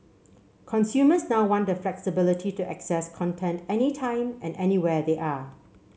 consumers now want the flexibility to access content any time and anywhere they are